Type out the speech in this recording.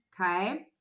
Okay